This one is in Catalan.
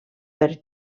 per